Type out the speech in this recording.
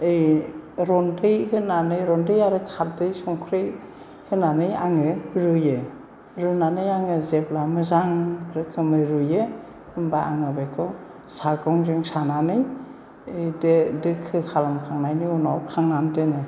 बै रन्दै होनानै रन्दै आरो खारदै संख्रि होनानै आङो रुयो रुनानै आङो जेब्ला मोजां रोखोमै रुयो होनबा आङो बेखौ सागंजों सानानै दोखो खालामखांनायनि उनाव खांनानै दोनो